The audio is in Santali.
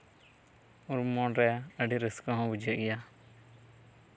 ᱢᱚᱱᱨᱮ ᱟᱹᱰᱤ ᱨᱟᱹᱥᱠᱟᱹ ᱦᱚᱸ ᱵᱩᱡᱷᱟᱹᱜ ᱜᱮᱭᱟ